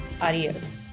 Adios